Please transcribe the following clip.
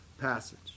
passage